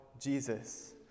Jesus